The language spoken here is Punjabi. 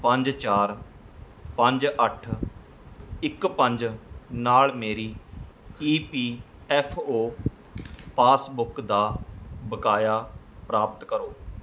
ਪੰਜ ਚਾਰ ਪੰਜ ਅੱਠ ਇੱਕ ਪੰਜ ਨਾਲ ਮੇਰੀ E P F O passbook ਦਾ ਬਕਾਇਆ ਪ੍ਰਾਪਤ ਕਰੋ